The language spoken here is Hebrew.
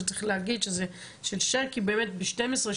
שצריך להגיד שזה של שרקי מערוץ 12,